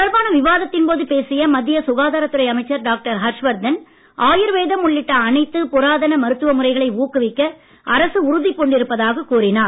தொடர்பான விவாதத்தின் போது பேசிய மத்திய இது சுகாதாரத்துறை அமைச்சர் டாக்டர் ஹர்ஷ்வர்தன் ஆயுர்வேதம் உள்ளிட்ட அனைத்து புராதான மருத்துவமுறைகளை ஊக்குவிக்க அரசு உறுதி பூண்டிருப்பதாக கூறினார்